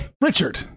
Richard